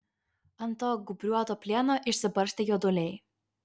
ant to gūbriuoto plieno išsibarstę juoduliai